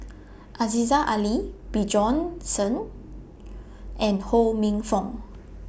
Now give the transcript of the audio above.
Aziza Ali Bjorn Shen and Ho Minfong